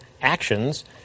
actions